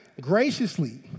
graciously